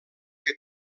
que